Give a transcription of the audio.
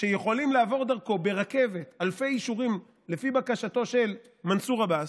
שיכולים לעבור דרכו ברכבת אלפי אישורים לפי בקשתו של מנסור עבאס,